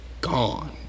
gone